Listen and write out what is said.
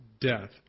death